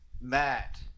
Matt